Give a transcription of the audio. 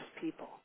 people